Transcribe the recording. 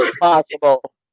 Possible